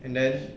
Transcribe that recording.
and then